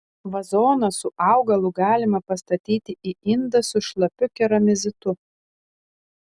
vazoną su augalu galima pastatyti į indą su šlapiu keramzitu